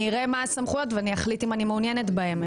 אני אראה מה הסמכויות ואני אחליט אם אני מעוניינת בהן.